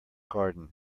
garden